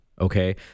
okay